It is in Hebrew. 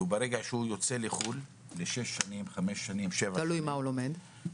כי ברגע שהוא יוצא לחו"ל ל-7-6 שנים -- תלוי מה הוא לומד.